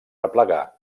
replegar